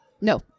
No